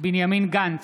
בנימין גנץ,